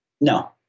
No